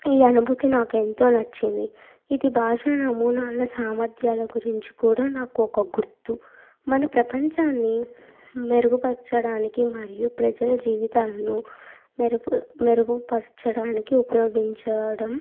ఈ అనుభూతి నాకు ఎంతో నచ్చింది ఇది భాష నమూనా అన్న సామర్థ్యాల గురించి కూడా నాకు ఒక గుర్తు మన ప్రపంచాన్ని మెరుగుపరచడానికి మరియు ప్రజల జీవితాలను మెరుపు మెరుగు పరచడానికి ఉపయోగించడం